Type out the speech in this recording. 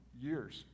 years